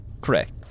Correct